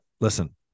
listen